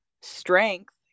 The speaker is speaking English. strength